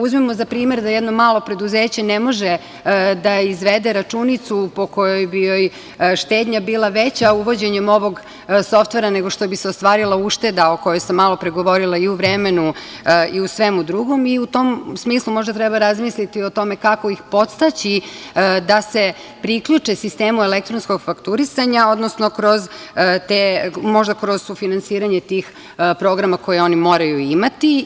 Uzmimo za primer da jedno malo preduzeće ne može da izvede računicu po kojoj bi joj štednja bila veća uvođenjem ovog softvera nego što bi se ostvarila ušteda o kojoj sam malopre govorila i u vremenu, i u svemu drugom, i u tom smislu možda treba razmisliti o tome kako ih podstaći da se priključe sistemu elektronskog fakturisanja, odnosno možda kroz sufinansiranje tih programa koje oni moraju imati.